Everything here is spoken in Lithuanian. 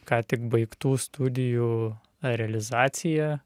ką tik baigtų studijų realizacija